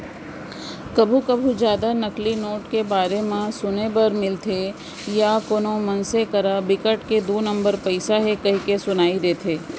कभू कभू जादा नकली नोट के बारे म सुने बर मिलथे या कोनो मनसे करा बिकट के दू नंबर पइसा हे कहिके सुनई देथे